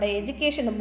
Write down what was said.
education